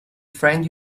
friend